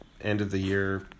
end-of-the-year